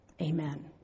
Amen